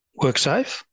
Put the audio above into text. WorkSafe